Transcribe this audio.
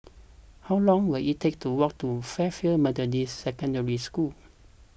how long will it take to walk to Fairfield Methodist Secondary School